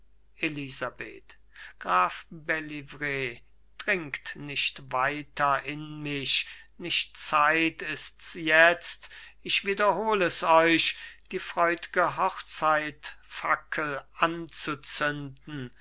elisabeth graf bellievre dringt nicht weiter in mich nicht zeit ist's jetzt ich wiederhol es euch die freud'ge hochzeitfackel anzuzünden